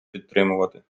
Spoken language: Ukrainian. підтримувати